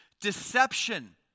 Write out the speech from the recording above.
Deception